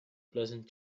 pleasant